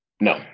No